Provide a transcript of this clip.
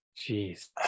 Jeez